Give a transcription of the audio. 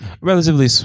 relatively